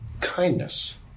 kindness